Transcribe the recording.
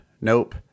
nope